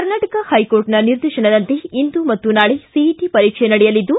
ಕರ್ನಾಟಕ ಹೈಕೋರ್ಟ್ನ ನಿರ್ದೇಶನದಂತೆ ಇಂದು ಮತ್ತು ನಾಳೆ ಸಿಇಟಿ ಪರೀಕ್ಷೆ ನಡೆಯಲಿದ್ದು